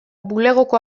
bulegoko